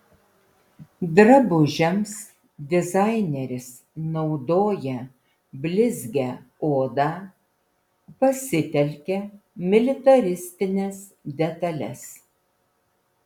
drabužiams dizaineris naudoja blizgią odą pasitelkia militaristines detales